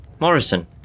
Morrison